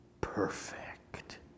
perfect